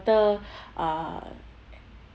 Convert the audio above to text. uh